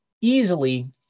easily